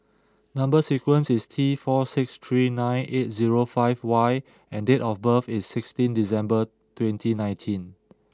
number sequence is T four six three nine eight zero five Y and date of birth is sixteen December twenty nineteen